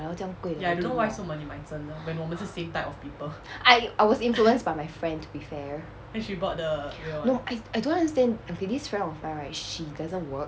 我买到这样贵的 I I was influenced by my friend to be fair no I I don't understand I got this friend of mine right she doesn't work